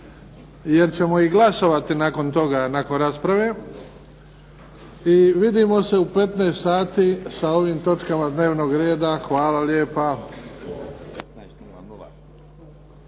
jer ćemo i glasovati nakon toga, nakon rasprave. I vidimo se u 15,00 sati sa ovim točkama dnevnog reda. Hvala lijepo.